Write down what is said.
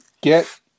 get